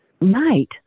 night